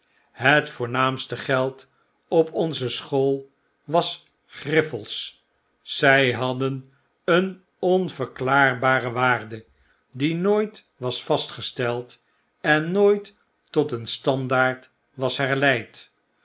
het voornaamste geld op onze school was griffels zij hadden een onverklaarbare waarde die nooit was vastgesteld en nooit tot een standaard was